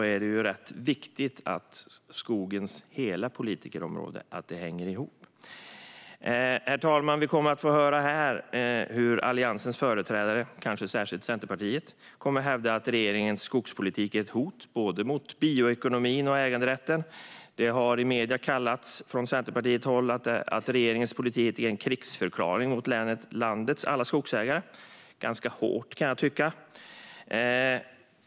Därför är det viktigt att skogens hela politikområde hänger ihop. Herr talman! Vi kommer här att få höra Alliansens företrädare, kanske särskilt Centerpartiet, hävda att regeringens skogspolitik är ett hot både mot bioekonomin och mot äganderätten. Centerpartiet har i medierna kallat regeringens politik för en krigsförklaring mot landets alla skogsägare. Jag kan tycka att det är ganska hårt.